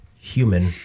human